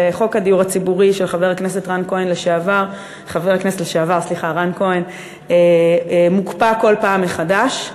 וחוק הדיור הציבורי של חבר הכנסת לשעבר רן כהן מוקפא כל פעם מחדש.